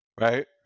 Right